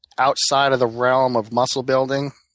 outside of the realm of muscle building,